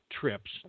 Trips